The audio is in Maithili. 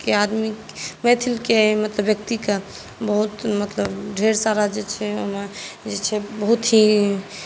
केँ आदमी मैथिलकेँ व्यक्तिके बहुत मतलब ढ़ेर सारा जे छै ओहिमे मतलब बहुत ही